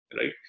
right